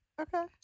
Okay